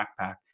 backpack